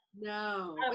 No